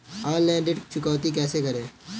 Online ऋण चुकौती कैसे करें?